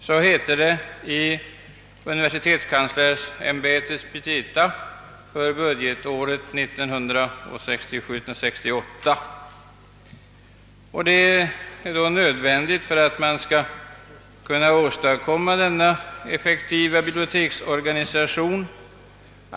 För att en effektiv = biblioteksorganisation «skall kunna åstadkommas är det emellertid nödvändigt att tillräckliga biblioteksutrymmen finns tillgängliga.